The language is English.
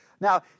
now